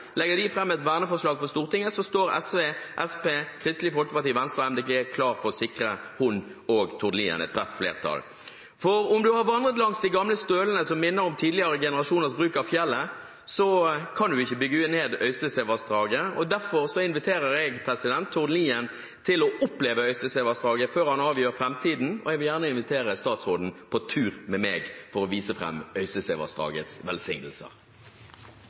Legger de fram et verneforslag for Stortinget, står SV, Senterpartiet, Kristelig Folkeparti, Venstre og MDG klare for å sikre henne og Tord Lien et bredt flertall. For om man har vandret langs de gamle stølene som minner om tidligere generasjoners bruk av fjellet, kan man ikke bygge ned Øystesevassdraget. Derfor inviterer jeg Tord Lien til å oppleve Øystesevassdraget før han avgjør framtiden for det. Jeg vil gjerne invitere statsråden med meg på tur for å vise fram Øystesevassdragets velsignelser.